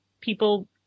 people